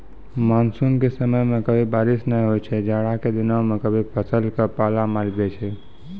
monsoon के समय मॅ कभी बारिश नाय होय छै, जाड़ा के दिनों मॅ कभी फसल क पाला मारी दै छै